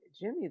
Jimmy